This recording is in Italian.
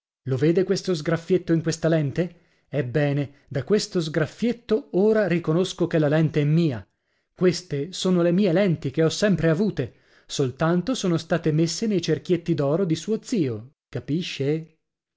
lo vede questo sgraffietto in questa lente ebbene da questo sgraffietto ora riconosco che la lente è mia queste sono le mie lenti che ho sempre avute soltanto sono state messe nei cerchietti d'oro di suo zio capisce